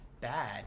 bad